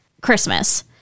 christmas